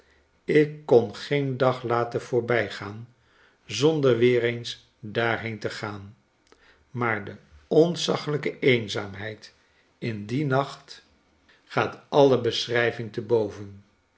ik kon geen dag laten voorbijgaan zonder weer eens daarheen te gaan maar de ontzaglijke eenzaamheid in dien nacht gaat alle beschrijving te boven